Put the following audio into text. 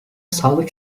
sağlık